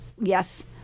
Yes